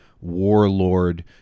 warlord